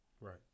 Right